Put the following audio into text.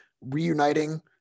reuniting